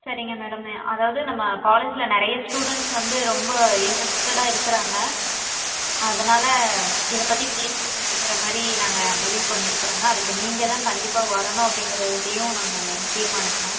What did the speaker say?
சரிங்க மேடம் அதாவது நம்ம காலேஜில் நிறைய ஸ்டூடெண்ட்ஸ் வந்து ரொம்ப இன்ட்ரஸ்ட்டடாக இருக்குறாங்க அதனால் இதை பற்றி பேசணும் அப்படிங்கற மாதிரி நாங்கள் முடிவு பண்ணி இருக்குறோங்க அதுக்கு நீங்கள்தான் கண்டிப்பாக வரணும் அப்படிங்கறத இதையும் நாங்கள் தீர்மானிச்தோம்